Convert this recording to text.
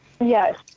Yes